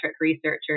researchers